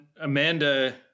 Amanda